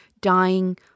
dying